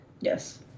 Yes